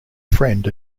friend